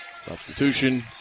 Substitution